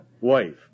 wife